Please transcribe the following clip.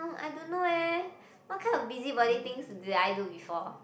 uh I don't know eh what kind of busybody things did I do before